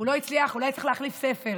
הוא לא הצליח, אולי צריך להחליף ספר.